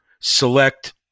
select